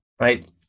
right